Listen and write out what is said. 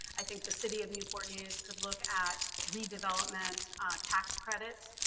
i think the city of newport news could look at redevelopment tax credits.